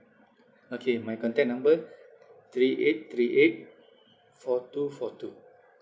okay my contact number three eight three eight four two four two